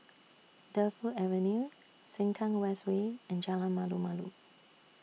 Defu Avenue Sengkang West Way and Jalan Malu Malu